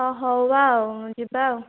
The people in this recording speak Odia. ହଁ ହଉ ଆଉ ଯିବା ଆଉ